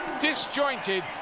disjointed